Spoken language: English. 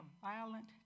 violent